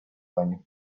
плане